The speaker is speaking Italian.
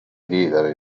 vivere